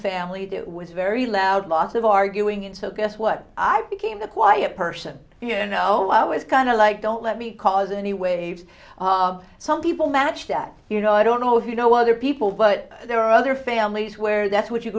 family do was very loud lots of arguing and so guess what i became the quiet person you know i was kind of like don't let me cause any waves some people match that you know i don't know if you know other people but there are other families where that's what you